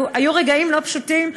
היו רגעים לא פשוטים,